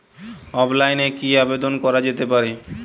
অফলাইনে কি আবেদন করা যেতে পারে?